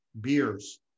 beers